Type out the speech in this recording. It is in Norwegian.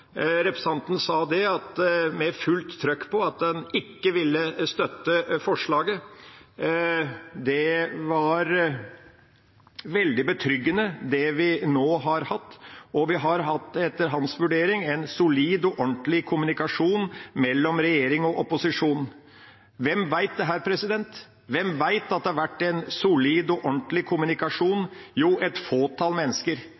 var veldig betryggende det vi nå har hatt, og vi har hatt, etter hans vurdering, en solid og ordentlig kommunikasjon mellom regjering og opposisjon. Hvem vet dette? Hvem vet at det har vært en solid og ordentlig kommunikasjon? Jo, et fåtall mennesker.